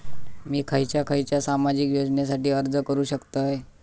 मी खयच्या खयच्या सामाजिक योजनेसाठी अर्ज करू शकतय?